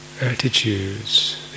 attitudes